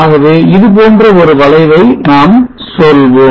ஆகவே இதுபோன்ற ஒரு வளைவை நாம் சொல்வோம்